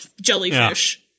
Jellyfish